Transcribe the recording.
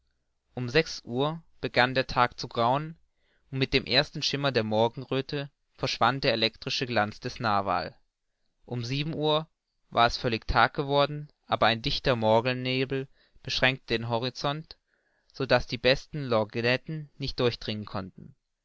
um sechs uhr begann der tag zu grauen und mit dem ersten schimmer der morgenröthe verschwand der elektrische glanz des narwal um sieben uhr war es völlig tag geworden aber ein dichter morgennebel beschränkte den horizont so daß die besten lorgnetten nicht durchdringen konnten